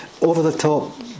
over-the-top